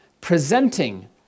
presenting